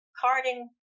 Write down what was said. carding